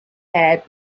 had